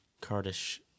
Kurdish